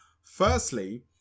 firstly